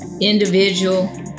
individual